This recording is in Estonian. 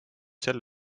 sel